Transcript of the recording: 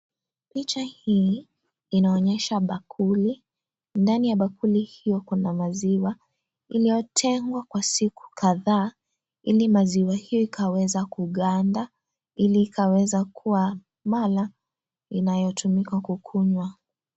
Picha hii inaonyesha bakuli. Ndani ya bakuli hio kuna maziwa iliyotengwa kwa siku kadhaa ili maziwa hio ikaweza kuganda, ili ikaweza kuwa mala inayotumika kukunywa.